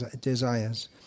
desires